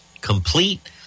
Complete